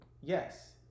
yes